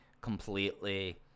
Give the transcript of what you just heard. completely